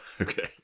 okay